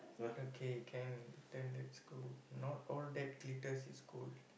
okay can then let's go not all that glitters is gold